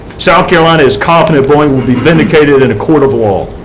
south carolina is confident boeing will be vindicated in a court of law.